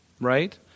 right